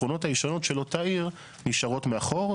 השכונות הישנות של אותה עיר נשארות מאחור,